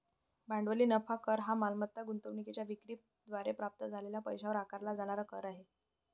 भांडवली नफा कर हा मालमत्ता गुंतवणूकीच्या विक्री द्वारे प्राप्त झालेल्या पैशावर आकारला जाणारा कर आहे